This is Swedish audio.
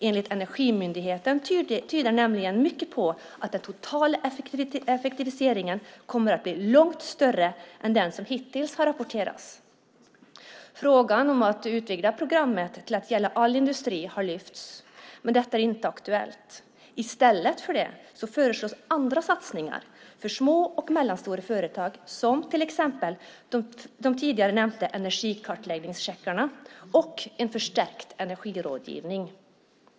Enligt Energimyndigheten tyder nämligen mycket på att den totala eleffektiviseringen kommer att bli långt större än den som hittills har rapporterats. Frågan om att utvidga programmet till att gälla all industri har lyfts, men detta är inte aktuellt. I stället föreslås andra satsningar för små och mellanstora företag, som till exempel de tidigare nämnda energikartläggningscheckarna och förstärkt energirådgivning.